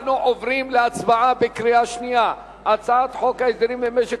אנחנו עוברים להצבעה על הצעת חוק הסדרים במשק